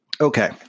Okay